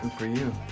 are you